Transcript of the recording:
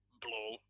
blow